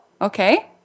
Okay